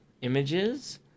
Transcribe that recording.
images